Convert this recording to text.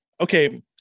okay